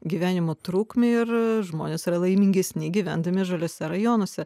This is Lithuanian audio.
gyvenimo trukmę ir žmonės yra laimingesni gyvendami žaliuose rajonuose